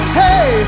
hey